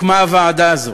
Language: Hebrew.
הוקמה הוועדה הזאת?